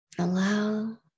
Allow